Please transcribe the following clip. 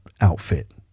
outfit